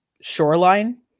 shoreline